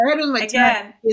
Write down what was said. again